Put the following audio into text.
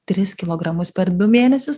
tris kilogramus per du mėnesius